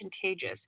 contagious